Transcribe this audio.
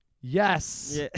yes